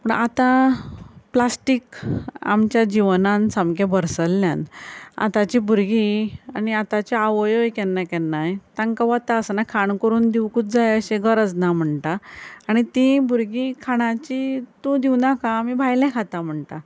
पूण आतां प्लास्टीक आमच्या जिवनान सामकें भरसल्ल्यान आतांचीं भुरगीं आनी आतांच्यो आवयोय केन्ना केन्नाय तांकां वता आसतना खाण करून दिवकूच जाय अशें गरज ना म्हणटा आनी तीं भुरगीं खाणाचीं तूं दिवं नाका आमी भायलें खाता म्हणटा